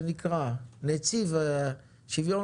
את נציב שוויון